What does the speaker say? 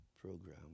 program